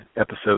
episode